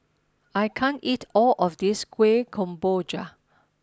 I can't eat all of this Kuih Kemboja